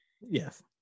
Yes